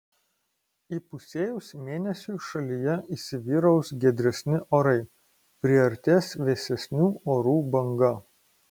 įpusėjus mėnesiui šalyje įsivyraus giedresni orai priartės vėsesnių orų banga